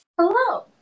Hello